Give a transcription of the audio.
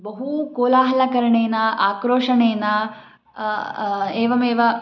बहु कोलाहलकरणेन आ क्रोशनेन एवमेव